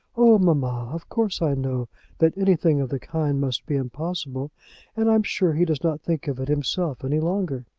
oh, mamma, of course i know that anything of the kind must be impossible and i am sure he does not think of it himself any longer.